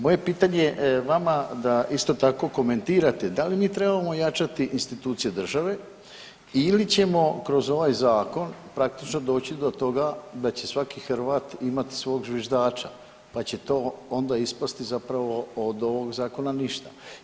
Moje pitanje vama da isto tako komentirate, da li mi trebamo ojačati institucije države ili ćemo kroz ovaj zakon praktično doći do toga da će svaki Hrvat imati svog zviždača pa će to onda ispasti zapravo od ovog zakona ništa.